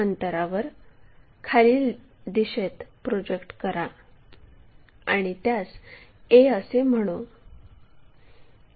अंतरावर खालील दिशेत प्रोजेक्ट करा आणि त्यास a असे म्हणू